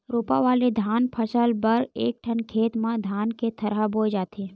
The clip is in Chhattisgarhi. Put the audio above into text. रोपा वाले धान फसल बर एकठन खेत म धान के थरहा बोए जाथे